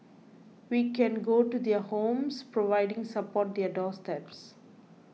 we can go to their homes providing support their doorsteps